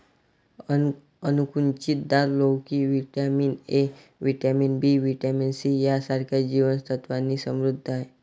अणकुचीदार लोकी vitamin A, vitamin B, vitamin C यांसारख्या जीवन सत्त्वांनी समृद्ध आहे